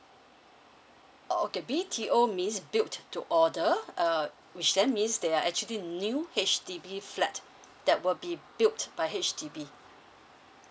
oh okay B_T_O means built to order uh which then means they are actually new H_D_B flat that will be built by H_D_B